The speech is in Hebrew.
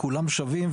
כולם שווים,